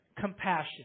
compassion